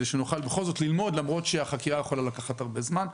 כדי שנוכל בכל זאת ללמוד למרות שהחקירה יכולה לקחת הרבה זמן.